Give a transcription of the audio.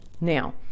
now